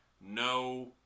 no